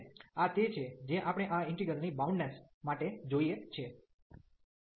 અને આ તે છે જે આપણે આ ઈન્ટિગ્રલ ની બાઉન્ડનેસ માટે જોઈએ છે